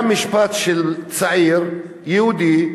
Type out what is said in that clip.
היה משפט של צעיר יהודי,